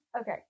Okay